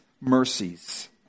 mercies